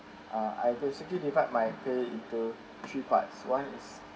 I basically divide my pay into three parts one is